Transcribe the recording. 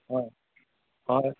आं हय